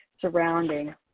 surrounding